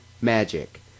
Magic